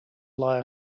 lie